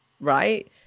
right